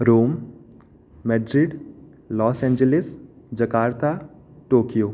Rome Madrid Los Angeles Jakarta Tokyo